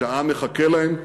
שהעם מחכה להן,